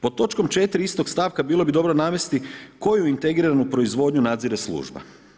Pod točkom 4. istog stavka bilo bi dobro navesti koju integriranu proizvodnju nadzire služba.